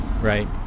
right